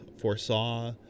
foresaw